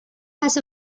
has